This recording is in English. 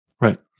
Right